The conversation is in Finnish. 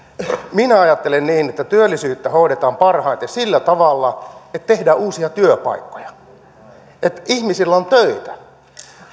minä ajattelen niin että työllisyyttä hoidetaan parhaiten sillä tavalla että tehdään uusia työpaikkoja että ihmisillä on töitä